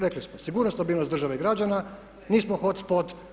Rekli smo, sigurnost, stabilnost države i građana, nismo hot spot.